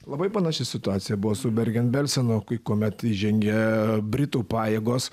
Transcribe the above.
labai panaši situacija buvo su bergen belsenu kai kuomet žengė britų pajėgos